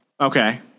Okay